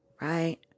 Right